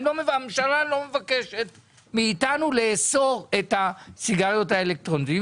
אבל הממשלה לא מבקשת מאיתנו לאסור את השימוש בסיגריות אלקטרוניות.